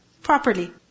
properly